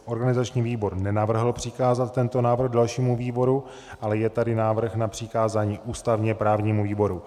Organizační výbor nenavrhl přikázat tento návrh dalšímu výboru, ale je tady návrh na přikázání ústavněprávnímu výboru.